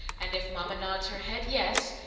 and if mama nods her head, yes,